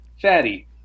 fatty